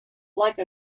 like